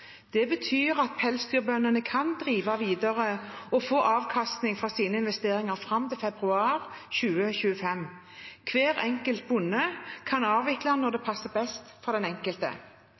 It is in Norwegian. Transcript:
Det betyr at pelsdyrbøndene kan drive videre og få avkastning av sine investeringer fram til februar 2025. Bøndene kan avvikle når det passer best for den enkelte.